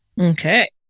Okay